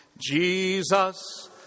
Jesus